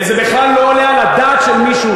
זה בכלל לא על הדעת של מישהו,